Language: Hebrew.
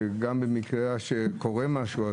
כך שגם אם קורה משהו,